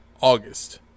august